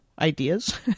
ideas